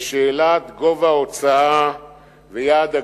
בשאלת גובה ההוצאה ויעד הגירעון,